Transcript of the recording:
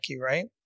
right